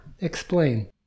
Explain